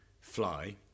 fly